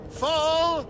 fall